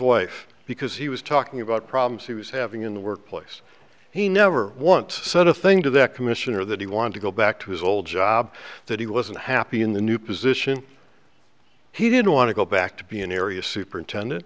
wife because he was talking about problems he was having in the workplace he never once said a thing to the commissioner that he wanted to go back to his old job that he wasn't happy in the new position he didn't want to go back to be an area superintendent